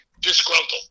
disgruntled